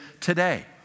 today